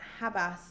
Habas